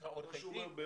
יש לך עורכי דין,